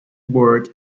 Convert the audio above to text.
work